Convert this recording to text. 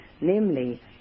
namely